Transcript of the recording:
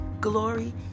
glory